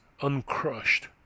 uncrushed